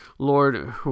Lord